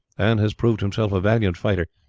and has proved himself a valiant fighter,